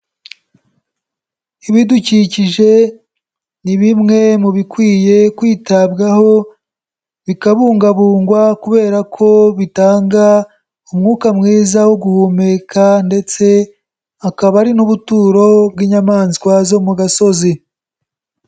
Ibidukikije ni bimwe mu bikwiye kwitabwaho bikabungabungwa kubera ko bitanga umwuka mwiza wo guhumeka ndetse akaba ari n'ubuturo bw'inyamaswa zo mu gasozi.